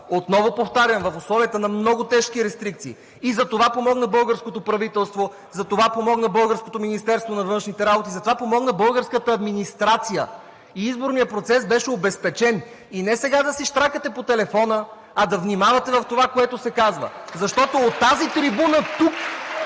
отново повтарям, в условията на много тежки рестрикции. За това помогна българското правителство, за това помогна българското Министерство на външните работи, за това помогна българската администрация и изборният процес беше обезпечен. Не сега да си щракате по телефона, а да внимавате в това, което се казва. (Ръкопляскания от